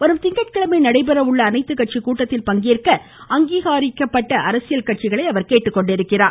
வரும் திங்கட்கிழமை நடைபெற உள்ள அனைத்துக்கட்சி கூட்டத்தில் பங்கேற்க அங்கீகரிக்கப்பட்ட அரசியல் கட்சிகளை அவர் கேட்டுக்கொண்டுள்ளார்